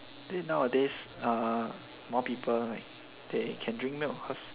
think nowadays more people like they can drink milk cause